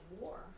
war